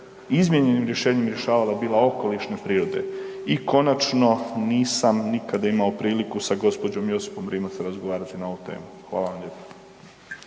izmijenjenim rješenjem rješavala bila okolišne prirode. I konačni nisam nikada imao priliku sa gospođom Josipom Rimac razgovarati na ovu temu. Hvala vam lijepo.